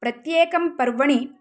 प्रत्येकं पर्वणि